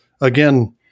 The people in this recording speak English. again